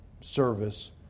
service